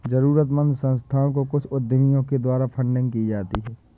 जरूरतमन्द संस्थाओं को कुछ उद्यमियों के द्वारा फंडिंग किया जाता है